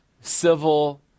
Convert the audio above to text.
civil